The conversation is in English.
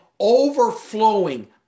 Overflowing